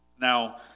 Now